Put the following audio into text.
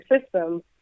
system